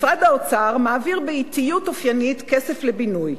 משרד האוצר מעביר באטיות אופיינית כסף לבינוי.